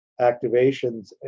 activations